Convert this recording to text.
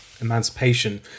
emancipation